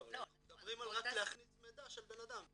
אנחנו מדברים על רק להכניס מידע של בנאדם.